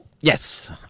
Yes